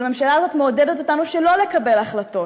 אבל הממשלה הזאת מעודדות אותנו שלא לעודד החלטות.